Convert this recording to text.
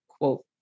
quote